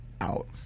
out